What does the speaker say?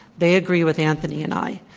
they agree with anthony and i.